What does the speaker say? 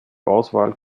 auswahl